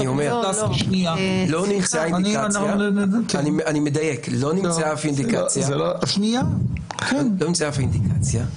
אני מדייק: לא מצאנו אף אינדיקציה,